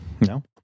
No